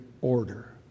order